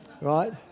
right